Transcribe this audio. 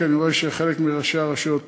כי אני רואה שחלק מראשי הרשויות